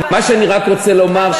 מה שאני רק רוצה לומר,